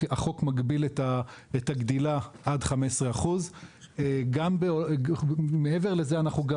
החוק מגביל את הגדילה עד 15%. מעבר לזה אנחנו גם